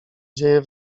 dzieje